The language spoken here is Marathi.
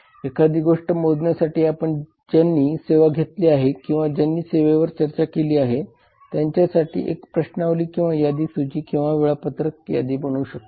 एखादी गोष्ट मोजण्यासाठी आपण ज्यांनी सेवा घेतली आहे किंवा ज्यांनी सेवेवर चर्चा केली आहे त्यांच्यासाठी एक प्रश्नावली किंवा यादी सूची किंवा वेळापत्रक यादी बनवू शकतो